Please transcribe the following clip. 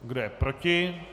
Kdo je proti?